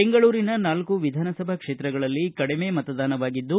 ಬೆಂಗಳೂರಿನ ನಾಲ್ಕು ವಿಧಾನಸಭಾ ಕ್ಷೇತ್ರಗಳಲ್ಲಿ ಕಡಿಮೆ ಮತದಾನವಾಗಿದ್ದು